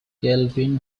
kelvin